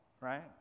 right